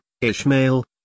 Ishmael